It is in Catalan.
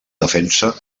defensa